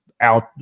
out